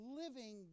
living